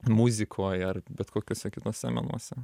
muzikoj ar bet kokiuose kituose menuose